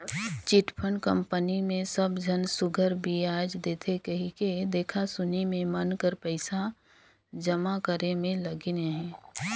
chit fund company मे सब झन सुग्घर बियाज देथे कहिके देखा सुना में मन कर पइसा जमा करे में लगिन अहें